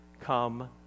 Come